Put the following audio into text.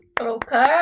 Okay